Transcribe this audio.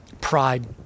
pride